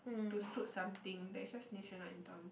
to suit something that just national anthem